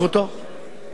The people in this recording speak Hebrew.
בעקבות שליחותו,